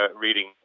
reading